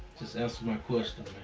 just answer my question